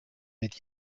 mit